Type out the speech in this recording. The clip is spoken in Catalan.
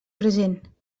present